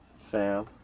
fam